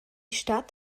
stadt